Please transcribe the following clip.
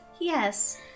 Yes